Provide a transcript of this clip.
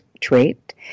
trait